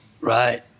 Right